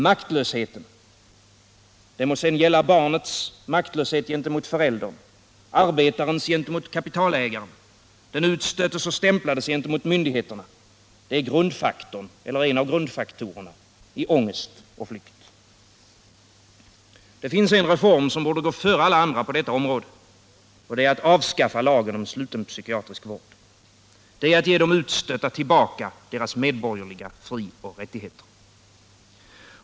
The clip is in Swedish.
Maktlösheten - det må gälla barnets gentemot föräldern, arbetarens gentemot kapitalägaren, den utstöttes och stämplades gentemot myndigheterna — är grundfaktorn eller en av grundfaktorerna i ångest och flykt. Det finns en reform som borde gå före alla andra på detta område, och det är att avskaffa lagen om sluten psykiatrisk vård. Det är att ge de utstötta tillbaka deras medborgerliga frioch rättigheter.